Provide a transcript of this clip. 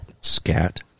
Scat